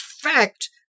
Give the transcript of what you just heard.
fact